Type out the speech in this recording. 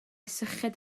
syched